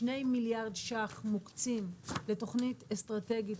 שני מיליארד ₪ מוקצים לתכנית אסטרטגית